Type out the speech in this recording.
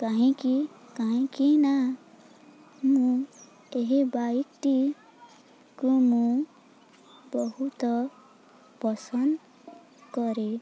କାହିଁକି କାହିଁକି ନା ମୁଁ ଏହି ବାଇକ୍ଟିକୁ ମୁଁ ବହୁତ ପସନ୍ଦ କରେ